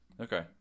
Okay